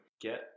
get